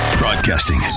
Broadcasting